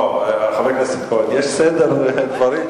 חבר הכנסת כהן, יש סדר בדברים.